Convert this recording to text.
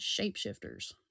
shapeshifters